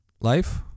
life